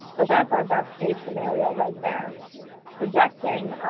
but that's our best case scenario, right there projecting,